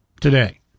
today